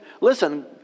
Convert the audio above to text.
listen